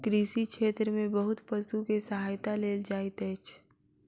कृषि क्षेत्र में बहुत पशु के सहायता लेल जाइत अछि